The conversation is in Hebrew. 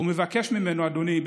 ומבקש ממנו: אדוני,